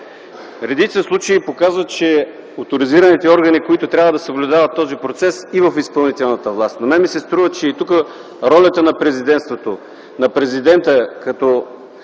Редица случаи показват, че оторизираните органи, които трябва да съблюдават този процес, и в изпълнителната власт – струва ми се, че ролята на Президентството, на Президента като